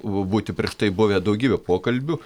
būti prieš tai buvę daugybė pokalbių